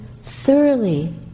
thoroughly